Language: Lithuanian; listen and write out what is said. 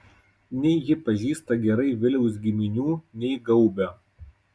nei ji pažįsta gerai viliaus giminių nei gaubio